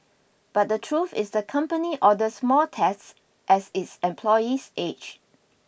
but the truth is the company orders more tests as its employees age